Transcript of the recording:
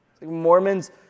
Mormons